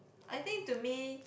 I think to me